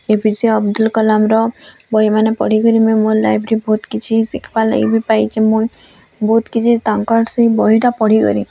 ଏ P J Abdul କଲାମ୍ର ବହିମାନେ ପଢ଼ିକରି ମୁଇଁ ମୋ ଲାଇଫ୍ରେ ବହୁତ୍ କିଛି ଶିଖ୍ବାର୍ ଲାଗି ବି ପାଇଛି ମୁଇଁ ବହୁତ୍ କିଛି ତାଙ୍କର୍ ସେଇ ବହିଟା ପଢ଼ି କରି